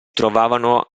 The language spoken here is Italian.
trovavano